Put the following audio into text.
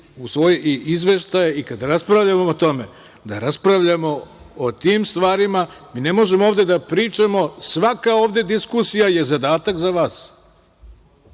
i izveštaje i kada raspravljamo o tome, da raspravljamo o tim stvarima. Mi ne možemo ovde da pričamo, svaka ovde diskusija je zadatak za vas,